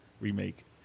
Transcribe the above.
Remake